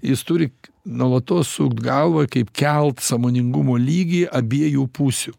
jis turi nuolatos sukt galvą kaip kelt sąmoningumo lygį abiejų pusių